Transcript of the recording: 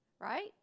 right